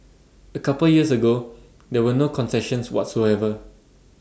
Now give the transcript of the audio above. A couple years ago there were no concessions whatsoever